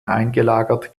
eingelagert